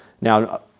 Now